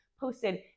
Posted